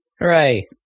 Hooray